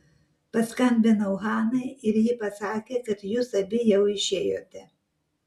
paskambinau hanai ir ji pasakė kad jūs abi jau išėjote